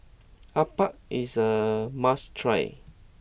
Appam is a must try